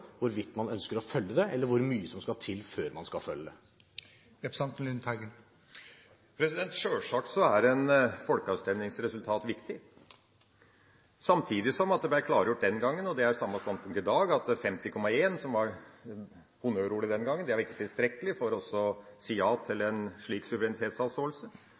hvorvidt man ønsker å følge det, eller hvor mye som skal til før man skal følge det? Sjølsagt er et folkeavstemningsresultat viktig. Samtidig ble det klargjort den gangen, og jeg har samme standpunkt i dag, at 50,1 – som var honnørordet den gangen – ikke var tilstrekkelig for å si ja til en slik suverenitetsavståelse.